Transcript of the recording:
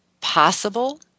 possible